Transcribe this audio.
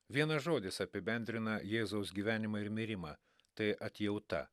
vienas žodis apibendrina jėzaus gyvenimą ir mirimą tai atjauta